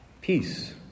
peace